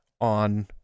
on